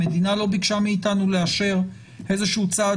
המדינה לא ביקשה מאיתנו לאשר איזשהו צעד